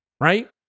Right